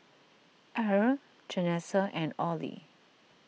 Irl Janessa and Orley